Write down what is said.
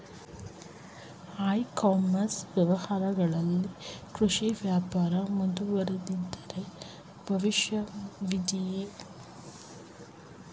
E commerce ವ್ಯವಹಾರಗಳಲ್ಲಿ ಕೃಷಿ ವ್ಯಾಪಾರ ಮುಂದುವರಿದರೆ ಭವಿಷ್ಯವಿದೆಯೇ?